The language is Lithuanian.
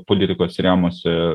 politikos rėmuose